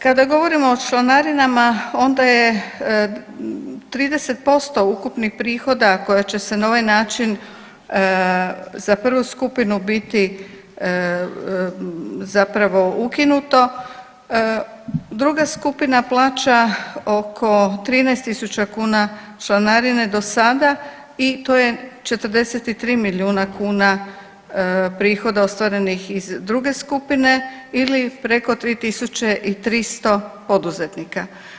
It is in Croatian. Kada govorimo o članarinama onda je 30% ukupnih prihoda koji će se na ovaj način za prvu skupinu biti zapravo ukinuto, druga skupina plaća oko 13.000 kuna članarine do sada i to je 43 milijuna kuna prihoda ostvarenih iz druge skupine ili preko 3.300 poduzetnika.